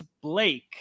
Blake